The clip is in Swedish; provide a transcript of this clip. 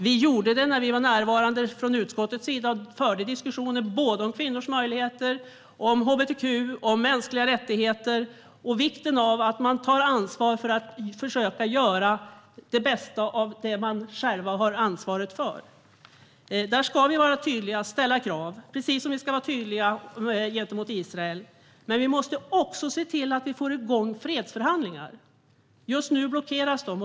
Vi gjorde det när vi i utskottet var närvarande och förde diskussioner om såväl kvinnors möjligheter som hbtq, mänskliga rättigheter och vikten av att man försöker göra det bästa av det man själv har ansvaret för. Vi ska vara tydliga och ställa krav, precis som vi ska vara tydliga gentemot Israel. Men vi måste också se till att vi får igång fredsförhandlingar. Just nu blockeras de.